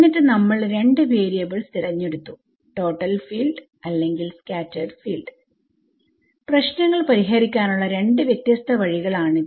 എന്നിട്ട് നമ്മൾ രണ്ടു വരിയബ്ൾസ് തിരഞ്ഞെടുത്തു ടോട്ടൽ ഫീൽഡ്അല്ലെങ്കിൽ സ്കാറ്റെർഡ് ഫീൽഡ് പ്രശ്നങ്ങൾ പരിഹരിക്കാനുള്ള രണ്ട് വ്യത്യസ്ത വഴികൾ ആണിത്